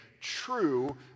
true